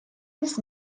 its